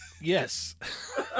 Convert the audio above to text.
Yes